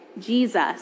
Jesus